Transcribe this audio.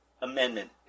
amendment